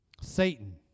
Satan